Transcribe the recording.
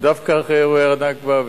ודווקא אחרי אירועי הנכבה,